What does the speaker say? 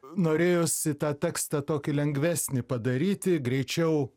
norėjosi tą tekstą tokį lengvesnį padaryti greičiau